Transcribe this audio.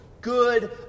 good